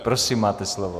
Prosím, máte slovo.